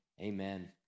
amen